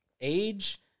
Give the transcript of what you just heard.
Age